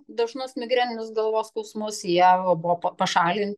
dažnus migreninius galvos skausmus jie buvo pa pašalinti